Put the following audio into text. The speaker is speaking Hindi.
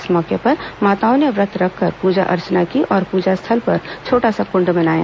इस मौके पर माताओं ने व्रत रखकर पूजा अर्चना की और पूजा स्थल पर छोटा सा कुंड बनाया